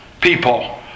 people